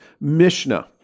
Mishnah